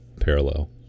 parallel